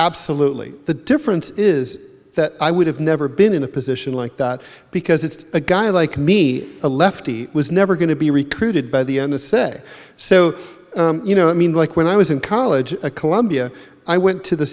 absolutely the difference is that i would have never been in a position like that because it's a guy like me a lefty was never going to be recruited by the n s a so you know i mean like when i was in college at columbia i went to the